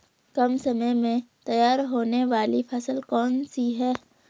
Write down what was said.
कम समय में तैयार होने वाली फसल कौन सी है?